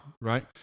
right